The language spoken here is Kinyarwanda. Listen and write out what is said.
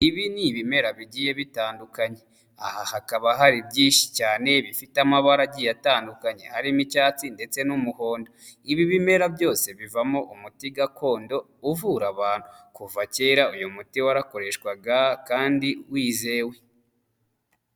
Ibi ni ibimera bigiye bitandukanye, aha hakaba hari byinshi cyane bifite amabara agiye atandukanye arimo icyatsi ndetse n'umuhondo. Ibi bimera byose bivamo umuti gakondo uvura abantu. Kuva kera uyu muti warakoreshwaga kandi wizewe.